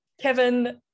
Kevin